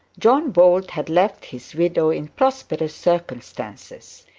john bold had left his widow in prosperous circumstances.